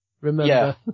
remember